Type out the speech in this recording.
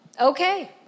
okay